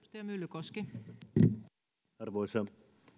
arvoisa